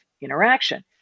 interaction